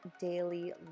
daily